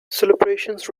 celebrations